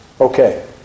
Okay